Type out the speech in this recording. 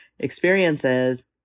experiences